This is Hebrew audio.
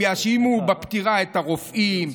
הם יאשימו בפטירה את הרופאים,